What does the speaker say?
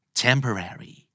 temporary